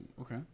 Okay